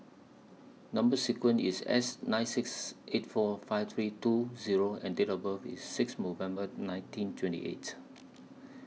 Number sequence IS S nine six eight four five three two Zero and Date of birth IS six November nineteen twenty eight